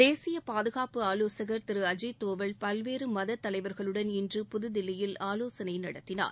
தேசிய பாதுகாப்பு ஆலோசகர் திரு அஜித் தோவல் பல்வேறு மதத் தலைவர்களுடன் இன்று புதுதில்லியில் ஆலோசனை நடத்தினார்